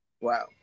Wow